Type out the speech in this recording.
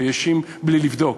שהאשים בלי לבדוק.